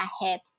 ahead